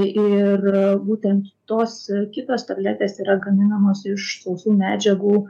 ir būtent tos kitos tabletės yra gaminamos iš sausų medžiagų